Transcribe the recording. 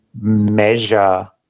measure